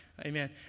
Amen